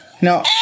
No